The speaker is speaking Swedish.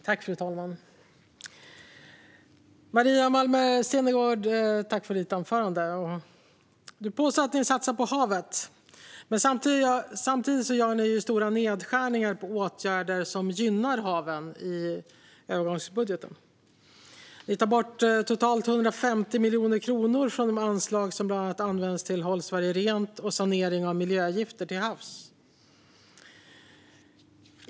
Fru talman! Jag tackar Maria Malmer Stenergard för hennes anförande. Du påstår att ni satsar på havet, Maria Malmer Stenergard. Men samtidigt gör ni i er budget stora nedskärningar på åtgärder som gynnar haven. Ni tar bort totalt 150 miljoner kronor från de anslag som bland annat används till Håll Sverige Rent och sanering av miljögifter till havs.